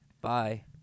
Bye